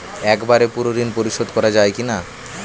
একবারে পুরো ঋণ পরিশোধ করা যায় কি না?